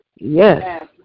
Yes